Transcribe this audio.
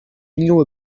knew